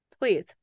Please